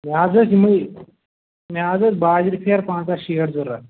یہِ حظ یہِ یِمَے مےٚ حظ ٲسۍ باجر پھیرٕ پانژھ شیٹھ ضوٚرتھ